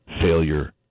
failure